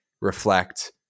reflect